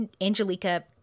Angelica